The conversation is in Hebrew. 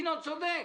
ינון צודק,